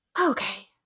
Okay